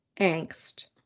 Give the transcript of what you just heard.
angst